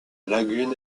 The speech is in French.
lagune